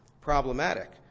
problematic